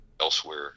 elsewhere